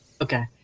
Okay